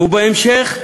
ובהמשך,